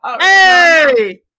Hey